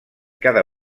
cada